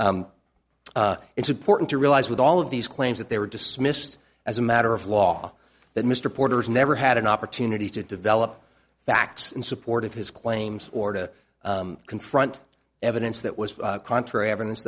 you it's important to realize with all of these claims that they were dismissed as a matter of law that mr porter's never had an opportunity to develop facts in support of his claims or to confront evidence that was contrary evidence